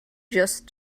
just